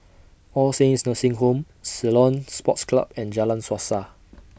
All Saints Nursing Home Ceylon Sports Club and Jalan Suasa